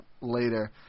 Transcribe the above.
later